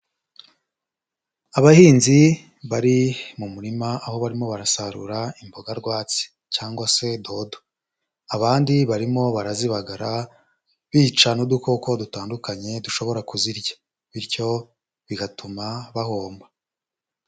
Abahinzi bari mu murima aho barimo barasarura imboga rwatsi cyangwa se dodo, abandi barimo barazibagara bica n'udukoko dutandukanye dushobora kuzirya, bityo bigatuma bahomba.